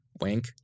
Wink